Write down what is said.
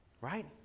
Right